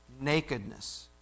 nakedness